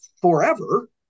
forever